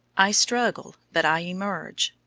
i struggle but i emerge.